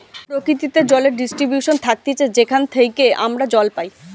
প্রকৃতিতে জলের ডিস্ট্রিবিউশন থাকতিছে যেখান থেইকে আমরা জল পাই